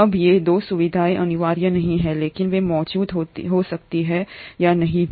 अब ये 2 सुविधाएँ अनिवार्य नहीं हैं लेकिन वे मौजूद हो सकती हैं या नहीं भी